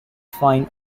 fine